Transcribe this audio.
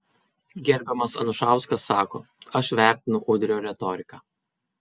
gerbiamas anušauskas sako aš vertinu udrio retoriką